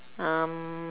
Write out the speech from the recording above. um